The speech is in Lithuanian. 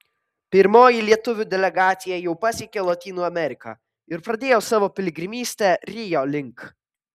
pirmoji lietuvių delegacija jau pasiekė lotynų ameriką ir pradėjo savo piligrimystę rio link